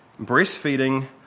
breastfeeding